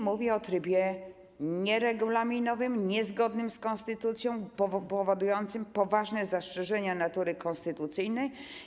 Mówię o trybie nieregulaminowym, niezgodnym z konstytucją, wzbudzającym poważne zastrzeżenia natury konstytucyjnej.